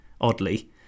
oddly